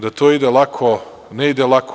Da to ide lako, ne ide lako.